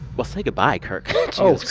well, say goodbye, kirk oh,